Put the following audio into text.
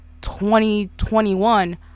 2021